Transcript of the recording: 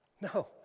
No